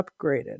upgraded